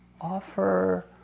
offer